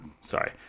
sorry